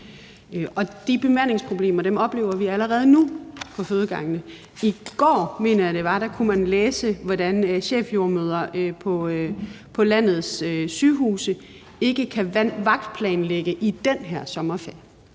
og de bemandingsproblemer oplever vi allerede nu på fødegangene. I går, mener jeg, det var, kunne man læse, hvordan chefjordemødre på landets sygehuse ikke kan vagtplanlægge i den her sommerferie.